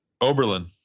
Oberlin